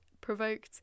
provoked